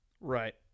Right